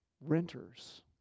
renters